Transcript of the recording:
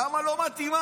למה לא מתאימה?